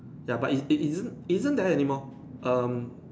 ya but it isn't it isn't there anymore um